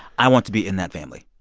i want to be in that family.